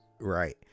Right